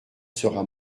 sera